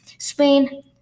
Spain